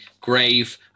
grave